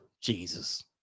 Jesus